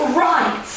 right